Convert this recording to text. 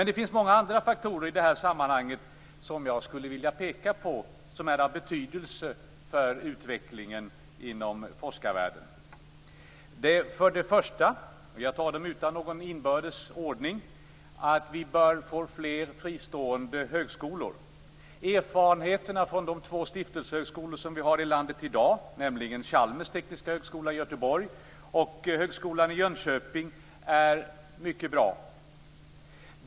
Det finns många andra faktorer i detta sammanhang som jag skulle vilja peka på och som är av betydelse för utvecklingen inom forskarvärlden. Först och främst - jag tar de här faktorerna utan någon inbördes ordning - bör vi få fler fristående högskolor. Erfarenheterna från de två stiftelsehögskolor som i dag finns i vårt land, nämligen Chalmers tekniska högskola i Göteborg och Högskolan i Jönköping, är mycket bra.